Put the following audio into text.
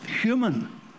human